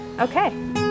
okay